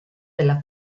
della